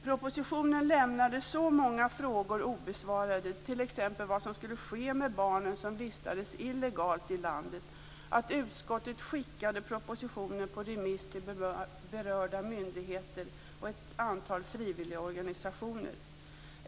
Propositionen lämnade så många frågor obesvarade, t.ex. vad som skulle ske med barnen som vistades illegalt i landet att utskottet skickade propositionen på remiss till berörda myndigheter och ett antal frivilligorganisationer.